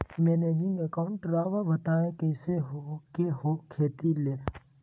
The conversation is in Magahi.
मैनेजिंग अकाउंट राव बताएं कैसे के हो खेती ला?